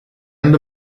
end